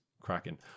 cracking